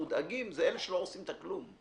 המודאגים זה אלה שלא עושים כלום.